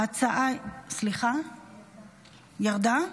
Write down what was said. ההצעה ירדה?